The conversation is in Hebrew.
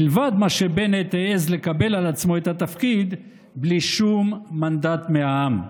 מלבד זה שבנט העז לקבל על עצמו את התפקיד בלי שום מנדט מהעם.